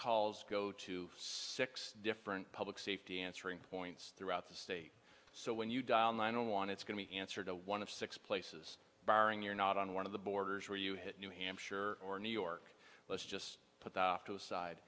calls go to six different public safety answering points throughout the state so when you dial nine one one it's going to answer to one of six places barring you're not on one of the borders where you hit new hampshire or new york let's just put the two aside